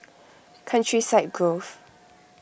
Countryside Grove